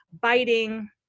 biting